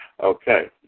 Okay